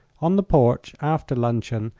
on the porch, after luncheon,